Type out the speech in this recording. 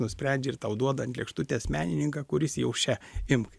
nusprendžia ir tau duoda ant lėkštutės menininką kuris jau še imk